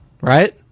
Right